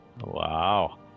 Wow